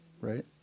right